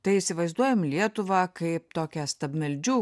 tai įsivaizduojam lietuvą kaip tokią stabmeldžių